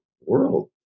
world